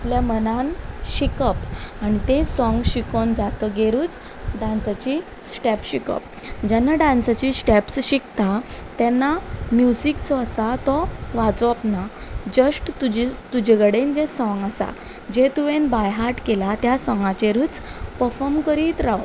आपल्या मनान शिकप आनी ते सोंग शिकोवन जातगेरूच डांसाची स्टेप्स शिकप जेन्ना डांसाची स्टेप्स शिकता तेन्ना म्युजीक जो आसा तो वाजोवप ना जस्ट तुजी तुजे कडेन जे सोंग आसा जे तुवें बाय हार्ट केलां त्या सोंगाचेरूच पफॉम करीत रावप